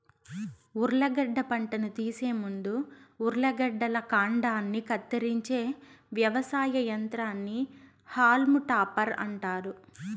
ఉర్లగడ్డ పంటను తీసే ముందు ఉర్లగడ్డల కాండాన్ని కత్తిరించే వ్యవసాయ యంత్రాన్ని హాల్మ్ టాపర్ అంటారు